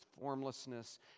formlessness